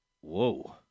Whoa